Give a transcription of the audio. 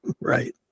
Right